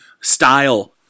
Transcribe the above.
style